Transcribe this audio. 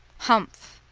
humph,